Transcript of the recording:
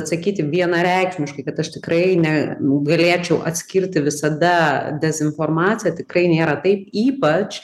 atsakyti vienareikšmiškai kad aš tikrai ne galėčiau atskirti visada dezinformaciją tikrai nėra taip ypač